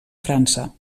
frança